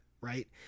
right